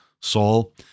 Saul